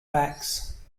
facts